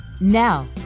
Now